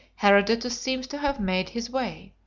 herodotus seems to have made his way.